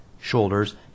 shoulders